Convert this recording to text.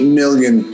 million